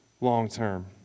long-term